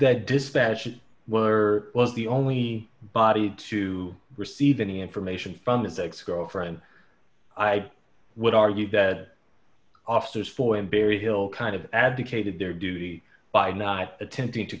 that dispatch was or was the only body to receive any information from its ex girlfriend i would argue that officers for him berryhill kind of abdicated their duty by not attempting to